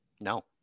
No